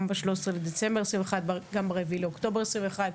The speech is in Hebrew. ב-13.12.2021 וב-4.10.2021.